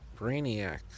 Brainiac